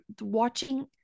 watching